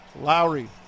Lowry